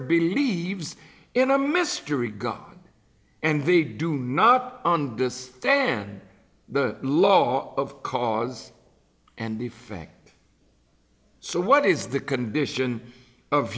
believes in a mystery god and they do not understand the law of cause and effect so what is the condition of